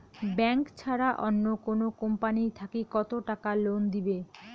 Bank ছাড়া অন্য কোনো কোম্পানি থাকি কত টাকা লোন দিবে?